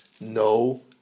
no